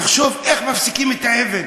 נחשוב איך מפסיקים את האבן,